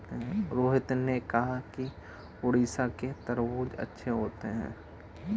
रोहित ने कहा कि उड़ीसा के तरबूज़ अच्छे होते हैं